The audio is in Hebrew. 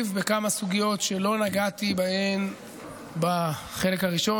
בכמה סוגיות שלא נגעתי בהן בחלק הראשון,